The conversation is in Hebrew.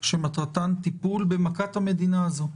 שמטרתן טיפול במכת המדינה הזאת.